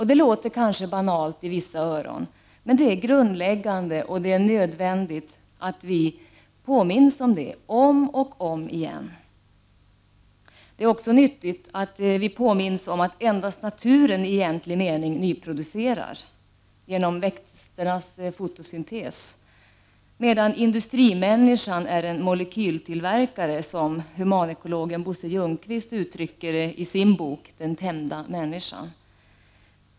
Det låter kanske banalt i vissa öron, men det är grundläggande, och det är nödvändigt att vi påminns om det, om och om igen. Det är också nyttigt att vi påminns om att endast naturen i egentlig mening nyproducerar — genom växternas fotosyntes — medan ”industrimänniskan är en molekyltillverkare”, som humanekologen Bosse Ljungqvist uttrycker det isin bok Den tämjda människan.